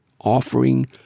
offering